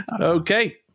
okay